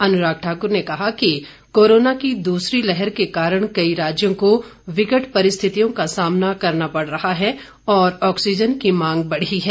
अनुराग ठाकुर ने कहा कि कोरोना की दूसरी लहर के कारण कई राज्यों को विकट परिस्थितियों का सामना करना पड़ रहा है और ऑक्सीजन की मांग बढ़ी है